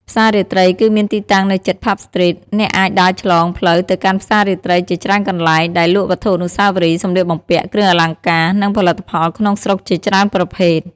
ផ្សាររាត្រី គឺមានទីតាំងនៅជិត ផាប់ ស្ទ្រីត អ្នកអាចដើរឆ្លងផ្លូវទៅកាន់ផ្សាររាត្រីជាច្រើនកន្លែង ដែលលក់វត្ថុអនុស្សាវរីយ៍ សម្លៀកបំពាក់ គ្រឿងអលង្ការ និងផលិតផលក្នុងស្រុកជាច្រើនប្រភេទ។